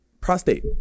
Prostate